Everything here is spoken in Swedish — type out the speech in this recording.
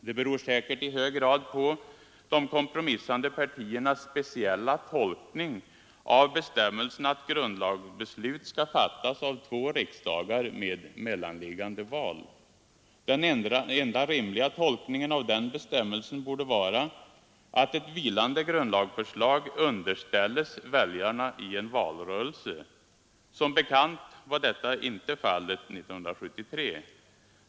Det beror säkert i hög grad på de kompromissande partiernas speciella tolkning av bestämmelsen att grundlagsbeslut skall fattas av två riksdagar med mellanliggande val. Den enda rimliga tolkningen av den bestämmelsen borde vara att ett vilande grundlagsförslag underställs väljarna i en valrörelse. Som bekant var detta inte fallet 1973.